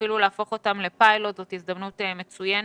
ואפילו להפוך אותם לפיילוט זו הזדמנות מצוינת.